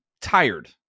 tired